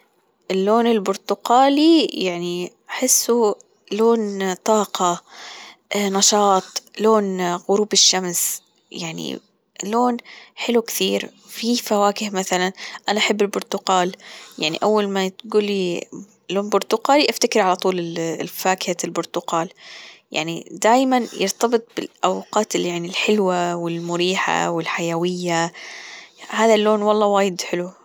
اللون البرتقالي يعني أحسه لون طاقة نشاط لون غروب الشمس، يعني لون حلو كثير في فواكه مثلا أنا أحب البرتقال يعني أول ما تقولي لون برتقالي افتكري على طول فاكهة البرتقال يعني دايما يرتبط بالأوقات يعني الحلوة والمريحة والحيوية هذا اللون والله وايد حلو.